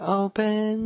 open